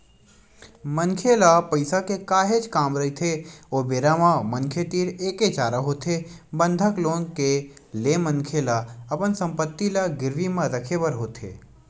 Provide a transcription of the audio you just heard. मनखे ल पइसा के काहेच काम रहिथे ओ बेरा म मनखे तीर एके चारा होथे बंधक लोन ले के मनखे ल अपन संपत्ति ल गिरवी म रखे बर होथे